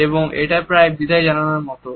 এবং এটা প্রায় বিদায় জানানোর মতো